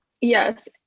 Yes